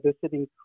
visiting